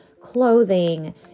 clothing